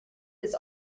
his